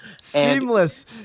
Seamless